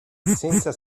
senza